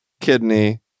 kidney